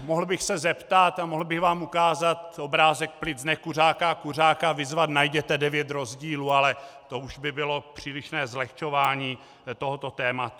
Mohl bych se zeptat a mohl bych vám ukázat obrázek plic nekuřáka a kuřáka a vyzvat: najděte devět rozdílů, ale to už by bylo přílišné zlehčování tohoto tématu.